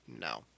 No